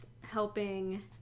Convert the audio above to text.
helping